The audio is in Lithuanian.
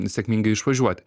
sėkmingai išvažiuoti